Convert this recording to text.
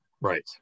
right